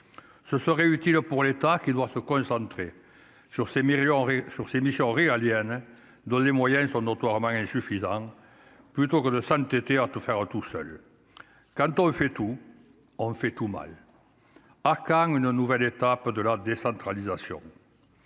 ce serait utile pour l'État qui doit se concentrer sur ses millions sur ses missions régaliennes, donne les moyens sont notoirement insuffisants, plutôt que de s'entêter à tout faire tout seul, quand on fait tout, on fait tout mal à quand une nouvelle étape de la décentralisation,